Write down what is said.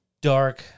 dark